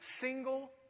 single